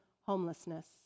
homelessness